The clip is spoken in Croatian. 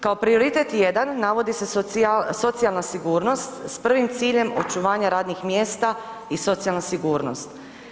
Kao prioritet 1 navodi se socijalna sigurnost s prvim ciljem očuvanja radnih mjesta i socijalna sigurnost.